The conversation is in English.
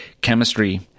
chemistry